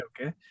Okay